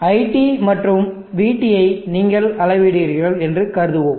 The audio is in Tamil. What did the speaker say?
iT மற்றும் vT ஐ நீங்கள் அளவிடுகிறீர்கள் என்று கருதுவோம்